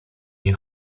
nie